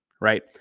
right